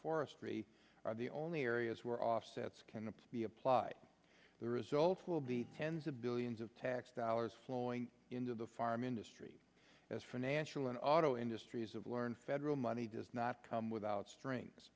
forestry are the only areas where offsets can be applied the results will be tens of billions of tax dollars flowing into the farm industry as financial and auto industries of learned federal money does not come without strings